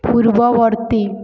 ପୂର୍ବବର୍ତ୍ତୀ